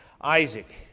Isaac